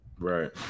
Right